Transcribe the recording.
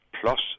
plus